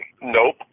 Nope